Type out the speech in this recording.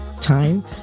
time